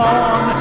on